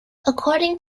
according